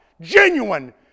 genuine